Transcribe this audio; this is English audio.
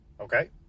Okay